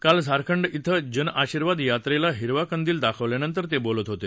काल झारखंड इथं जन आशिर्वाद यात्रेला हिरवा कंदील दाखवल्यानंतर ते बोलत होते